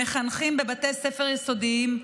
מחנכים בבתי ספר יסודיים,